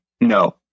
No